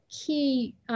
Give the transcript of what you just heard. key